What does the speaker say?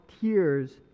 tears